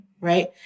Right